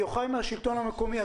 יוחאי מהשלטון המקומי,